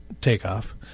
takeoff